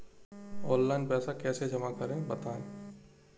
Online पैसा कैसे जमा करें बताएँ?